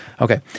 Okay